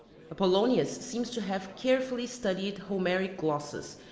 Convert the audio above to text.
apollonius seems to have carefully studied homeric glosses,